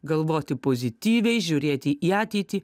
galvoti pozityviai žiūrėti į ateitį